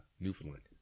Newfoundland